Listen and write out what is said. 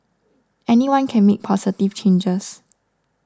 anyone can make positive changes